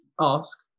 ask